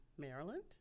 Maryland